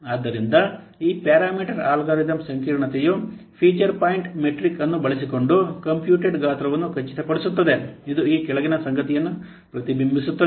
ಆದ್ದರಿಂದ ಈ parameter algorithm ಸಂಕೀರ್ಣತೆಯು ಫೀಚರ್ ಪಾಯಿಂಟ್ ಮೆಟ್ರಿಕ್ ಅನ್ನು ಬಳಸಿಕೊಂಡು ಕಂಪ್ಯೂಟೆಡ್ ಗಾತ್ರವನ್ನು ಖಚಿತಪಡಿಸುತ್ತದೆ ಇದು ಈ ಕೆಳಗಿನ ಸಂಗತಿಯನ್ನು ಪ್ರತಿಬಿಂಬಿಸುತ್ತದೆ